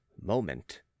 moment